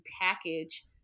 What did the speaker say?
package